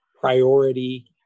priority